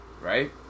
Right